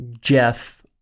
jeff